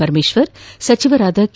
ಪರಮೇಶ್ವರ್ ಸಚಿವರಾದ ಕೆ